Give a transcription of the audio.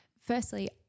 firstly